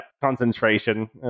concentration